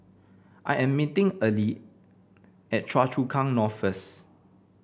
I am meeting Earley at Choa Chu Kang North first